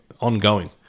ongoing